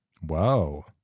Whoa